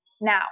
now